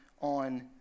on